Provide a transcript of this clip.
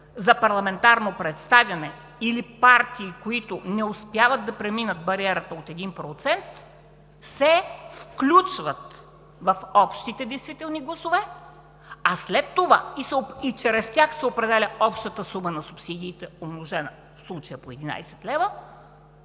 за парламентарно представяне, или партии, които не успяват да преминат бариерата от 1%, се включват в общите действителни гласове и чрез тях се определя общата сума на субсидиите, умножена в случая по 11 лв.